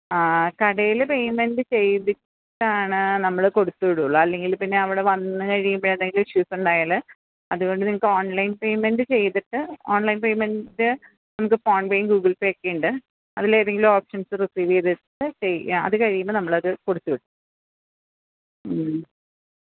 ആ കടയില് പേയ്മെന്റ് ചെയ്തിട്ടാണ് നമ്മള് കൊടുത്തുവിടുകയുള്ളൂ അല്ലെങ്കില് പിന്നെ അവിടെ വന്നുകഴിയുമ്പോള് എന്തെങ്കിലും ഇഷ്യൂസ് ഉണ്ടായാല് അതുകൊണ്ട് നിങ്ങള്ക്ക് ഓണ്ലൈന് പേയ്മെന്റ് ചെയ്തിട്ട് ഓണ്ലൈന് പേയ്മെന്റ് നമുക്ക് ഫോണ് പേയും ഗൂഗിള് പേയുമൊക്കെയുണ്ട് അതിലേതെങ്കിലും ഓപ്ഷന്സ് റിസീവ് ചെയ്തിട്ട് അത് കഴിയുമ്പോള് നമ്മളത് കൊടുത്തുവിടും ഉം